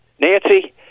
Nancy